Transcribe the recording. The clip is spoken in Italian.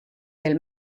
del